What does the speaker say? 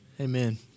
Amen